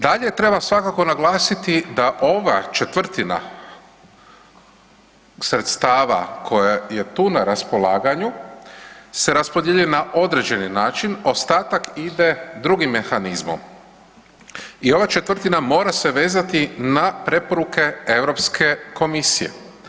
Dalje treba svakako naglasiti da ova četvrtina sredstava koja je tu na raspolaganju se raspodjeljuje na određeni način, ostatak ide drugim mehanizmom i ova četvrtina mora se vezati na preporuke Europske komisije.